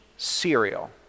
cereal